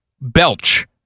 belch